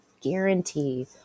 guarantee